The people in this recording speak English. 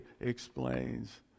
explains